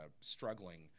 struggling